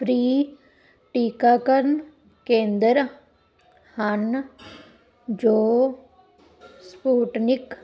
free ਟੀਕਾਕਰਨ ਕੇਂਦਰ ਹਨ ਜੋ ਸਪੁਟਨਿਕ